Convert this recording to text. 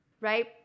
right